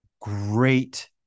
great